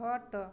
ଖଟ